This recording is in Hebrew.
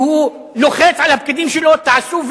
הוא לוחץ על הפקידים שלו: תעשו,